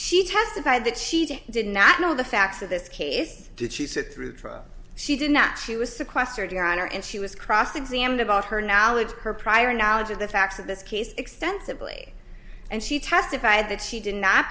testified that she did not know the facts of this case did she sit through trial she did not she was sequestered your honor and she was cross examined about her knowledge her prior knowledge of the facts of this case extensively and she testified that she did not